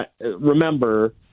remember